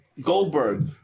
Goldberg